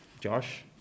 Josh